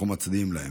אנחנו מצדיעים להם.